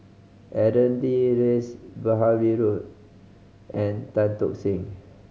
Aaron Lee Rash Behari Bose and Tan Tock Seng